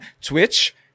Twitch